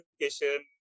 education